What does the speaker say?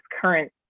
current